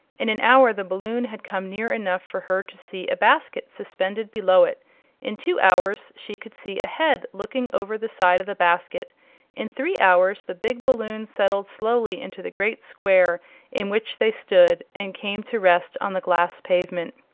in an hour the balloon had come near enough for her to see a basket suspended below it in two hours she could see a head looking over the side of the basket in three hours the big balloon settled slowly into the great square in which they stood and came to rest on the glass pavement.